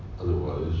Otherwise